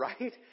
right